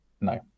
no